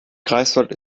greifswald